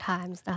Times